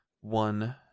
one